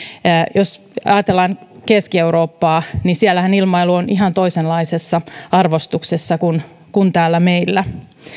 jos ajatellaan keski eurooppaa niin siellähän ilmailu on ihan toisenlaisessa arvostuksessa kuin täällä meillä